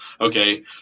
okay